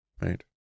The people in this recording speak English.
Right